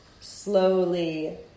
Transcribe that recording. slowly